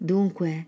Dunque